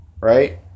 Right